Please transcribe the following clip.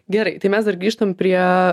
gerai tai mes dar grįžtam prie